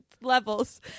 levels